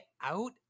out